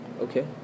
okay